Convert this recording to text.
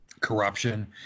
corruption